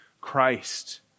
Christ